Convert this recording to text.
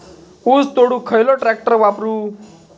ऊस तोडुक खयलो ट्रॅक्टर वापरू?